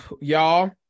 y'all